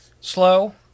slow